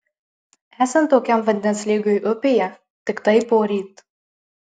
esant tokiam vandens lygiui upėje tiktai poryt